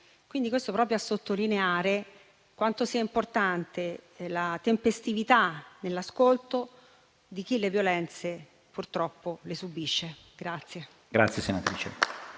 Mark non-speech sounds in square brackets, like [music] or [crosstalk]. Questo proprio a sottolineare quanto sia importante la tempestività nell'ascolto di chi le violenze, purtroppo, le subisce. [applause]